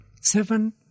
seven